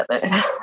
together